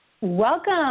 welcome